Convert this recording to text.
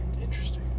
Interesting